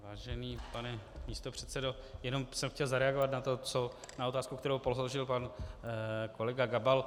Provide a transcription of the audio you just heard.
Vážený pane místopředsedo, jen jsem chtěl zareagovat na otázku, kterou položil pan kolega Gabal.